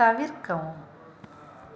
தவிர்க்கவும்